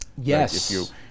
Yes